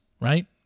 right